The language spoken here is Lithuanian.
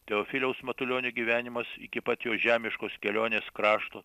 teofiliaus matulionio gyvenimas iki pat jo žemiškos kelionės krašto